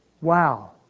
Wow